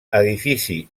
edifici